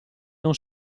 non